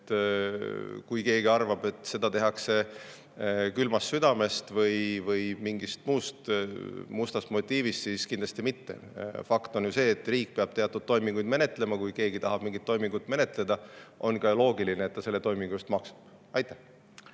Kui keegi arvab, et seda tehakse külmast südamest või mingist muust mustast motiivist, siis [ütlen, et] kindlasti mitte. Fakt on ju see, et riik peab teatud toiminguid menetlema. Kui keegi tahab mingit toimingut menetleda, siis on loogiline, et ta selle toimingu eest ka maksab. Aitäh!